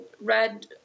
read